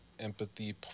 empathy